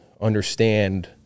understand